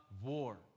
war